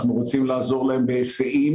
אנחנו רוצים לעזור לכם בהיסעים.